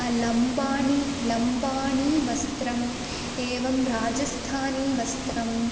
लम्बाणि लम्बाणि वस्त्रम् एवं राजस्थानीय वस्त्रम्